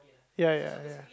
ya ya ya